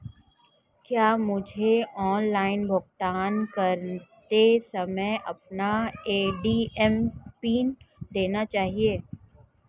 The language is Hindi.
क्या मुझे ऑनलाइन भुगतान करते समय अपना ए.टी.एम पिन देना चाहिए?